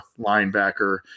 linebacker